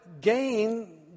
gain